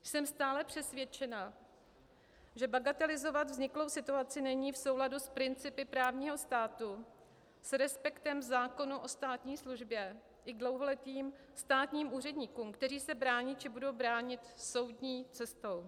Jsem stále přesvědčena, že bagatelizovat vzniklou situaci není v souladu s principy právního státu, s respektem k zákonu o státní službě i dlouholetým státním úředníkům, kteří se brání či budou bránit soudní cestou.